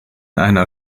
einer